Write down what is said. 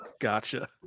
Gotcha